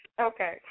Okay